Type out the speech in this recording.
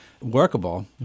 workable